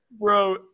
Bro